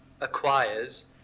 acquires